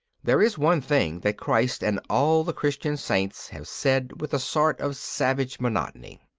there is one thing that christ and all the christian saints have said with a sort of savage monotony.